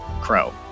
Crow